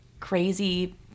Crazy